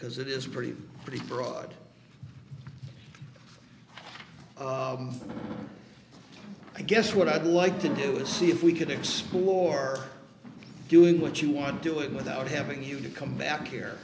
because it is pretty pretty broad i guess what i'd like to do is see if we could explore doing what you want to do it without having you to come back here